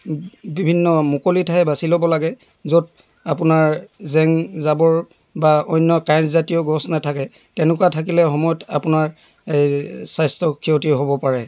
বিভিন্ন মুকলি ঠাই বাচি ল'ব লাগে য'ত আপোনাৰ জেং জাবৰ বা অন্য কাঁইটজাতীয় গছ নাথাকে তেনেকুৱা থাকিলে সময়ত আপোনাৰ স্বাস্থ্য ক্ষতি হ'ব পাৰে